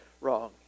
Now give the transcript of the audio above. wrong